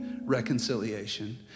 reconciliation